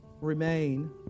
Remain